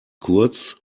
kurz